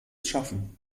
schaffen